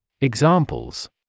Examples